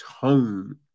tone